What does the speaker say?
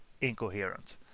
incoherent